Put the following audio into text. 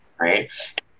Right